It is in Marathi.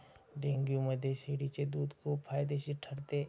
डेंग्यूमध्ये शेळीचे दूध खूप फायदेशीर ठरते